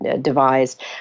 devised